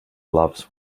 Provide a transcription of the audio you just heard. gloves